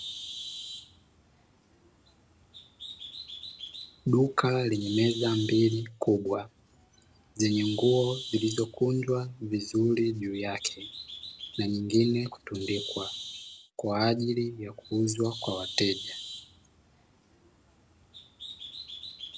Duka lenye meza mbili kubwa, zenye nguo zilizo kunjwa vizuri juu yake na nyingine kutundikwa kwa ajili ya kuuzwa kwa wateja.